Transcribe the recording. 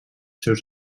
seus